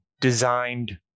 designed